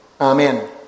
Amen